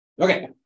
Okay